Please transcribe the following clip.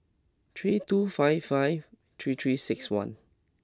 three two five five three three six one